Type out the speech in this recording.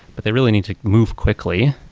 but they really need to move quickly.